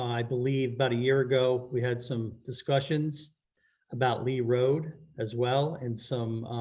i believe about a year ago we had some discussions about lee road as well and some